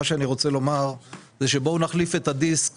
מה שאני רוצה לומר זה שבואו נחליף את הדיסק